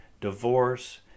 divorce